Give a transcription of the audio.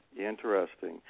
Interesting